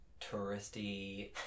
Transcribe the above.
touristy